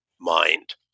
mind